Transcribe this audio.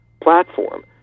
platform